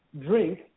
drink